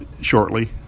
shortly